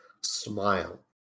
smile